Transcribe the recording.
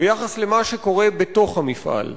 ביחס למה שקורה בתוך המפעל.